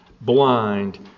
blind